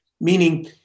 Meaning